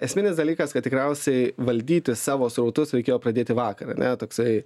esminis dalykas kad tikriausiai valdyti savo srautus reikėjo pradėti vakar toksai